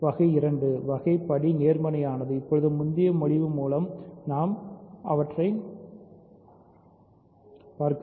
வகை 2 வகை படி நேர்மறையானது இப்போது முந்தைய முன்மொழிவு மூலம் நாம் சிகிச்சை அளிக்கிறோம்